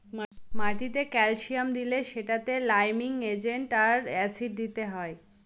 মাটিতে ক্যালসিয়াম দিলে সেটাতে লাইমিং এজেন্ট আর অ্যাসিড দিতে হয়